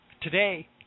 Today